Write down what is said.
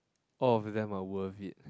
all of them are worth it